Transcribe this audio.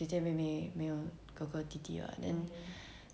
姐姐妹妹没有哥哥弟弟 right then